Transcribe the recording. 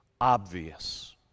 obvious